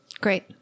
Great